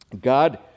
god